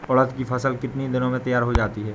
उड़द की फसल कितनी दिनों में तैयार हो जाती है?